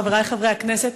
חברי חברי הכנסת,